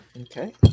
Okay